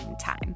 time